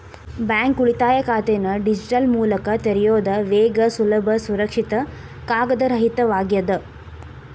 bank ಉಳಿತಾಯ ಖಾತೆನ digital ಮೂಲಕ ತೆರಿಯೋದ್ ವೇಗ ಸುಲಭ ಸುರಕ್ಷಿತ ಕಾಗದರಹಿತವಾಗ್ಯದ